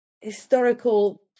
historical